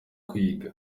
kwiga